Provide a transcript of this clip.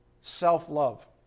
self-love